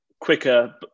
quicker